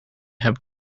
have